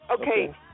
Okay